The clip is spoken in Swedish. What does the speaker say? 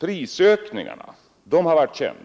prisökningarna har varit känd.